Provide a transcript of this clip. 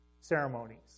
ceremonies